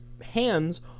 hands